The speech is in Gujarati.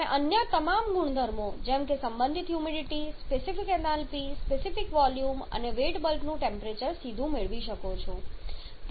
તમે અન્ય તમામ ગુણધર્મો જેમ કે સંબંધિત humidity specific enthalpy specific volume અને વેટ બલ્બનું ટેમ્પરેચર સીધું મેળવી શકો છો